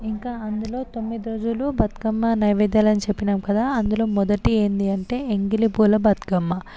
ఇంకా అందులో తొమ్మిది రోజులు బతుకమ్మ నైవేద్యాలని చెప్పినాం కదా అందులో మొదటి ఏంటీ అంటే ఎంగిలి పూల బతుకమ్మ